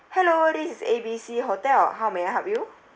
hello this is A B C hotel how may I help you